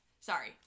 Sorry